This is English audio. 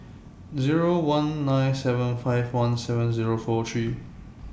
Zero one nine seven five one seven Zero four three